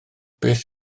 beth